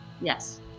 Yes